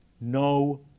no